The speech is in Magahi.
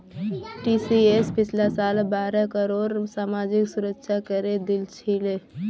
टीसीएस पिछला साल बारह करोड़ सामाजिक सुरक्षा करे दिल छिले